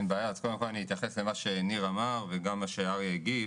אני קודם אתייחס למה שאמר ניר ולתגובה של אריק.